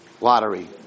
lottery